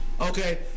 Okay